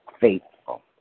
faithful